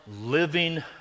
living